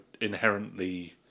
inherently